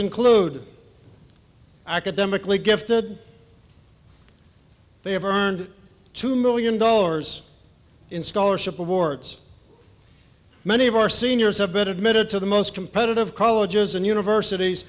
include academically gifted they have earned two million dollars in scholarship awards many of our seniors a bit admitted to the most competitive colleges and universities